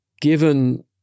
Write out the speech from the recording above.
given